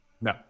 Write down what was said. No